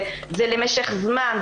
זה למשך זמן,